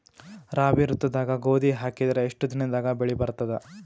ರಾಬಿ ಋತುದಾಗ ಗೋಧಿ ಹಾಕಿದರ ಎಷ್ಟ ದಿನದಾಗ ಬೆಳಿ ಬರತದ?